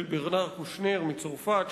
של ברנאר קושנר מצרפת,